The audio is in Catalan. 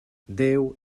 déu